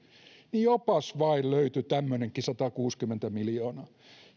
mutta jopas vain löytyi tämmöinenkin satakuusikymmentä miljoonaa